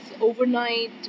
overnight